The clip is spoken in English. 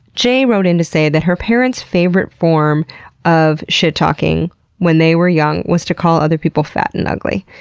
jay wrote in to say that her parents' favorite form of shit-talking when they were young was to call other people fat and ugly.